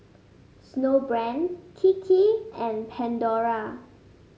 Snowbrand Kiki and Pandora